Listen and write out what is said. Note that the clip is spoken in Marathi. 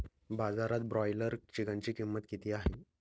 बाजारात ब्रॉयलर चिकनची किंमत किती आहे?